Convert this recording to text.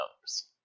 others